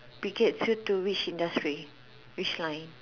be get through to which industry which kind